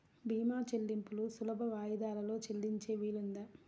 భీమా చెల్లింపులు సులభ వాయిదాలలో చెల్లించే వీలుందా?